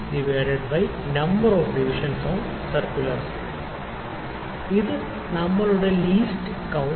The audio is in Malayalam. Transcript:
of divisions on circular scale ഇത് നമ്മളുടെ ലീസ്റ്റ് കൌണ്ട്